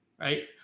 right